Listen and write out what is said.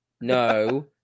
No